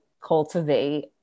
cultivate